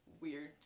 weird